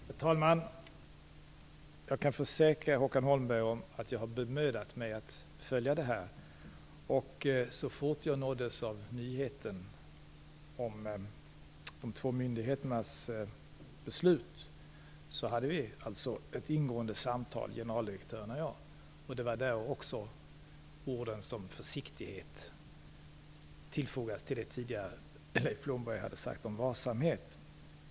Herr talman! Jag kan försäkra Håkan Holmberg om att jag har bemödat mig att följa detta. Så fort jag nåddes av nyheten om de två myndigheternas beslut hade generaldirektörerna och jag ett ingående samtal, då också ord som "försiktighet" tillfogades det som Leif Blomberg tidigare hade sagt om varsamhet.